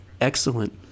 excellent